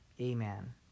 amen